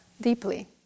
deeply